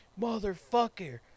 Motherfucker